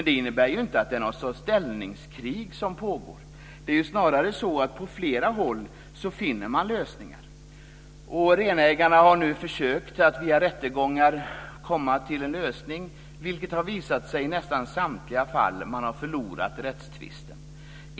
Det innebär inte att det pågår något slags ställningskrig. Det är snarare så att på flera håll finner man lösningar. Renägarna har nu försökt att via rättegångar komma fram till en lösning, och i nästan samtliga fall har man förlorat rättstvisten.